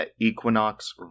Equinox